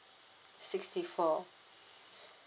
sixty four